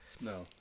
No